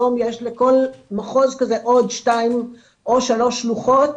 היום יש לכל מחוז כזה עוד 2 או 3 שלוחות,